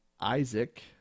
Isaac